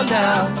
now